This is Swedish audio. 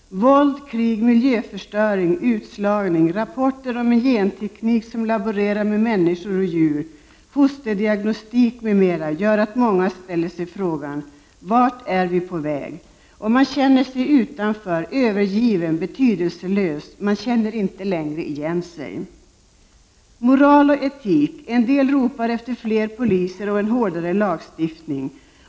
Våld, krig, miljöförstöring, utslagning, rapporter om en genteknik som laborerar med människor och djur, fosterdiagnostik m.m. gör att många ställer sig frågan: Vart är vi på väg? Man känner sig utanför, övergiven och betydelselös. Man känner inte längre igen sig. När det är fråga om moral och etik ropar en del efter fler poliser och en hårdare lagstiftning.